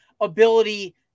ability